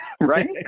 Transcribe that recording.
right